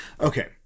Okay